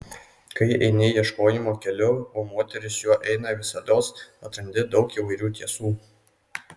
kai eini ieškojimo keliu o moteris juo eina visados atrandi daug įvairių tiesų